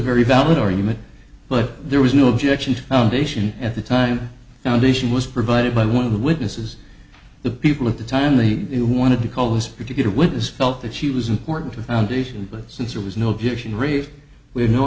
very valid argument but there was no objection to foundation at the time foundation was provided by one of the witnesses the people at the time the you wanted to call this particular witness felt that she was important to foundation but since there was no objection raised we had no